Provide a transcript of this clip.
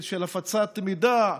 של הפצת מידע,